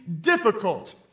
difficult